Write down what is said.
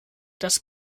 das